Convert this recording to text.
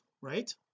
right